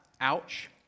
ouch